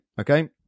Okay